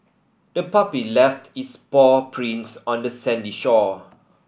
the puppy left its paw prints on the sandy shore